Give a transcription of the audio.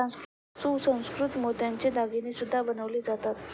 सुसंस्कृत मोत्याचे दागिने सुद्धा बनवले जातात